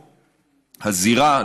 הזירה,